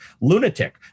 lunatic